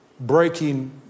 breaking